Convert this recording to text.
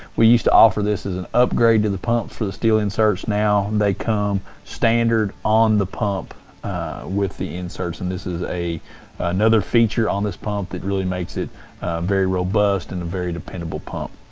we used to offer this as an upgrade to the pump for the steel inserts. now they come standard on the pump with the inserts. and this is another feature on this pump that really makes it very robust and very dependable pump.